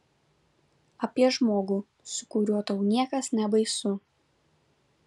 apie žmogų su kuriuo tau niekas nebaisu